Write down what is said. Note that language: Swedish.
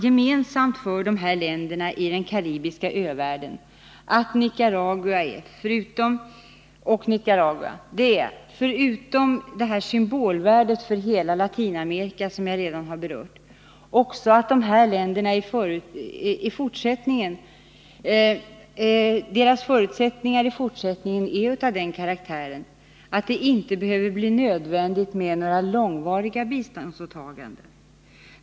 Gemensamt för de här länderna i den karibiska övärlden och Nicaragua är — förutom det symbolvärde för hela Latinamerika som jag redan berört — att dessa länders förutsättningar inte är av den karaktären, att det behöver bli nödvändigt med några långvariga biståndsåtaganden.